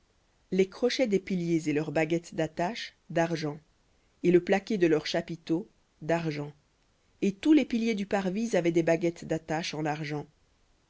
les crochets des piliers et leurs baguettes d'attache d'argent et le plaqué de leurs chapiteaux d'argent et tous les piliers du parvis avaient des baguettes d'attache en argent